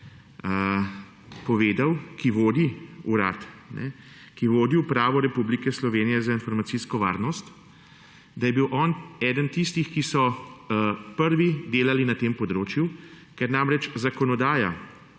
povedal, ki vodi urad, ki vodi Upravo Republike Slovenije za informacijsko varnost, da je bil on eden tistih, ki so prvi delali na tem področju, ker namreč zakonodaja